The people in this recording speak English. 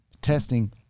testing